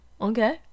Okay